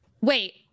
wait